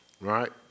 Right